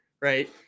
right